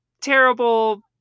terrible